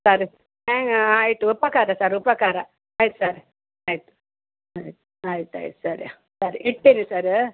sir ಹಾಂ ಆಯ್ತು ಉಪಕಾರ ಸರ್ ಉಪಕಾರ ಆಯ್ತು ಸರ್ ಆಯ್ತು ಆಯ್ತು ಆಯ್ತು ಆಯ್ತು ಸರಿ ಸರಿ ಇಡ್ತೇನೆ ಸರ್